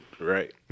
right